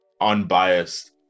unbiased